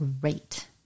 great